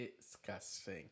Disgusting